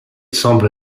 semble